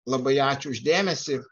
labai ačiū už dėmesį